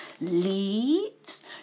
leads